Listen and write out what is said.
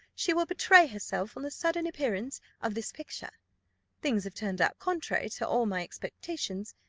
she will betray herself on the sudden appearance of this picture things have turned out contrary to all my expectations,